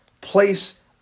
place